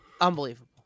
Unbelievable